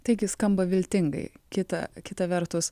taigi skamba viltingai kita kita vertus